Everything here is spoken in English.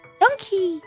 donkey